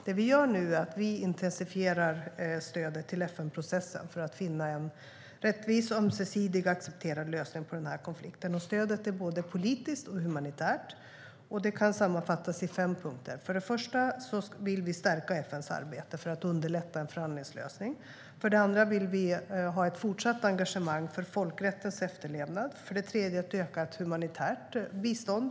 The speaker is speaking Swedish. Det vi nu gör är att vi intensifierar stödet till FN-processen för att finna en rättvis, ömsesidig och accepterad lösning på konflikten. Stödet är både politiskt och humanitärt, och det kan sammanfattas i fem punkter. För det första vill vi stärka FN:s arbete för att underlätta en förhandlingslösning. För det andra vill vi ha ett fortsatt engagemang för folkrättens efterlevnad. För det tredje övervägs ett ökat humanitärt bistånd.